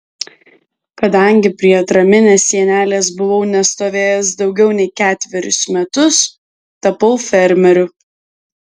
kadangi prie atraminės sienelės buvau nestovėjęs daugiau nei ketverius metus tapau fermeriu